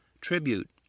tribute